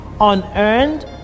unearned